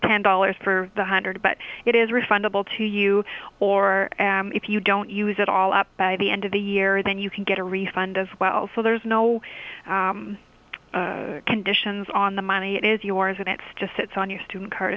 ten dollars for the hundred but it is refundable to you or if you don't use it all up by the end of the year then you can get a refund as well so there's no conditions on the money it is yours and it's just sits on your student car